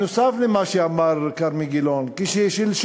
נוסף על מה שאמר כרמי גילון שלשום,